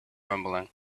rumbling